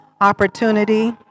opportunity